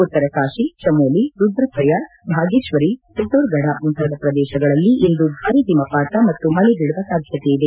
ಉತ್ತರ ಕಾಶಿ ಚಮೋಲಿ ರುದ್ರ ಪ್ರಯಾಗ್ ಭಾಗೇಶ್ವರಿ ಪಿಥೋರ್ಗಢ ಮುಂತಾದ ಪ್ರದೇಶಗಳಲ್ಲಿ ಇಂದು ಭಾರಿ ಹಿಮಪಾತ ಮತ್ತು ಮಳೆ ಬೀಳುವ ಸಾಧ್ಯತೆಯಿದೆ